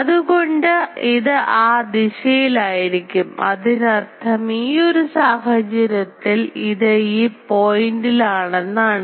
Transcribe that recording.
അതുകൊണ്ട് ഇത് ആ ദിശയിൽ ആയിരിക്കുംഅതിനർത്ഥം ഈയൊരു സാഹചര്യത്തിൽ ഇത് ഈ പോയിൻറ്ൽ ആണെന്നാണ്